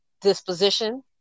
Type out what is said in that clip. disposition